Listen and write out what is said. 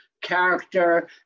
character